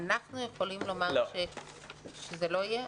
אנחנו יכולים לומר שזה לא יהיה?